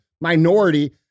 minority